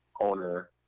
owner